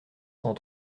cent